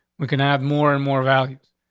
we can have more and more values.